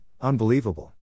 unbelievable